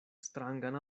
strangan